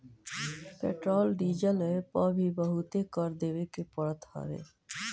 petrol diesel पअ भी बहुते कर देवे के पड़त हवे